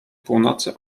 północy